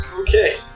Okay